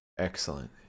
Excellent